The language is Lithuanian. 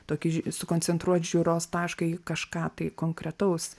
tokį sukoncentruot žiūros tašką į kažką konkretaus